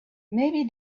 maybe